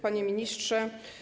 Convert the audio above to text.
Panie Ministrze!